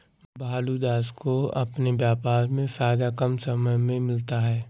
भोलू दास को अपने व्यापार में फायदा कम समय में मिलता है